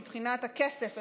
מבחינת הכסף,